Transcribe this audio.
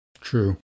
true